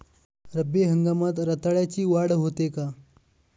रब्बी हंगामात रताळ्याची वाढ चांगली होते का?